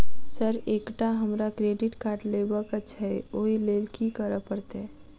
Sir एकटा हमरा credit card लेबकै छैय ओई लैल की करऽ परतै?